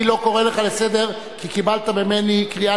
אני לא קורא לך לסדר כי קיבלת ממני קריאה